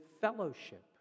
fellowship